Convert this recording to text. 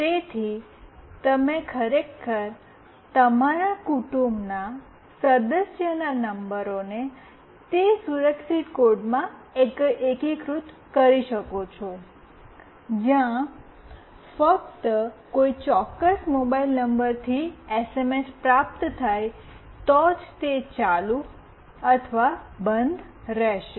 તેથી તમે ખરેખર તમારા કુટુંબના સદસ્યના નંબરોને તે સુરક્ષિત કોડમાં એકીકૃત કરી શકો છો જ્યાં ફક્ત કોઈ ચોક્કસ મોબાઇલ નંબરથી એસએમએસ પ્રાપ્ત થાય તો જ તે ચાલુ અથવા બંધ રહેશે